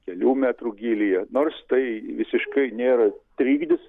kelių metrų gylyje nors tai visiškai nėra trikdis